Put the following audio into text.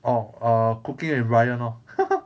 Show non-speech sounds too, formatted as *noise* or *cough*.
orh err cooking with ryan lor *laughs*